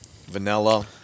vanilla